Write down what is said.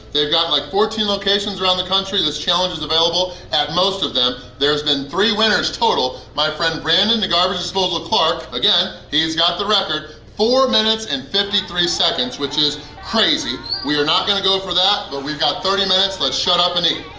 they've got like fourteen locations around the country, this challenge is available at most of them. there's been three winners total, my friend brandon da garbage disposal clark, again, he's got the record four minutes and fifty three seconds, which is crazy! we are not going to go for that, but we've got thirty minutes! let's shut up and eat!